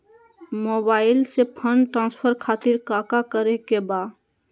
Mobile से fund transfer खातिर काका करे के बा?